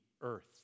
earth